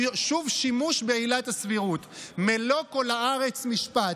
שוב שימוש בעילת הסבירות, מלוא כל הארץ משפט.